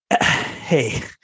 Hey